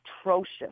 atrocious